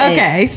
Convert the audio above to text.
Okay